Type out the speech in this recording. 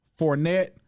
Fournette